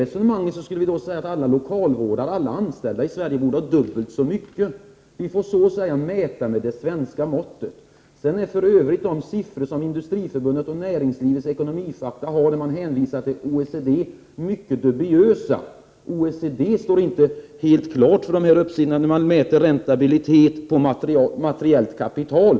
Men om man bara hänvisar till förhållandena utomlands, skulle alla lokalvårdare eller anställda över huvud taget i Sverige ha dubbelt så hög lön. Nej, vi måste mäta med svenska mått. Industriförbundet och Näringslivets Ekonomifakta har presenterat olika siffror och hänvisar till OECD. Men dessa uppgifter är mycket dubiösa. När det gäller OECD råder inte full klarhet. Man mäter räntabilitet på materiellt kapital.